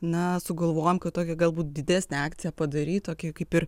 na sugalvojom kad tokią galbūt didesnę akciją padaryt tokį kaip ir